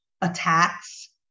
attacks